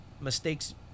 mistakes